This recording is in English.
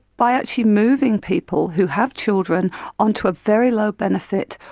by actually moving people who have children onto a very low benefit,